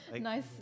nice